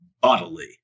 bodily